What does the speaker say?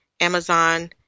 Amazon